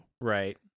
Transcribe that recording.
right